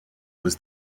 was